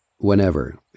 Whenever